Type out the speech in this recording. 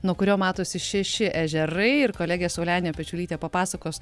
nuo kurio matosi šeši ežerai ir kolegė saulenė pečiulytė papasakos